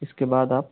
इसके बाद आप